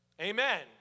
Amen